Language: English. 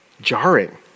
jarring